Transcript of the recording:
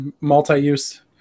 multi-use